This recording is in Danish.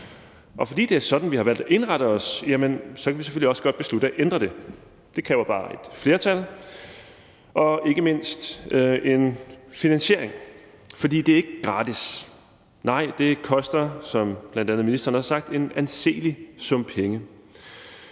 Og fordi det er sådan, vi har valgt at indrette os, jamen så kan vi selvfølgelig også godt beslutte at ændre det. Det kræver bare et flertal og ikke mindst en finansiering, for det er ikke gratis. Nej, det koster – som bl.a. ministeren har sagt – en anselig sum penge.